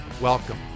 Welcome